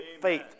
faith